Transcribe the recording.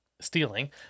stealing